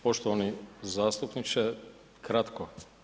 Poštovani zastupniče, kratko.